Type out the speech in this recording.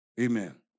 Amen